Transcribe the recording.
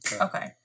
Okay